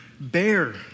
bear